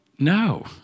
No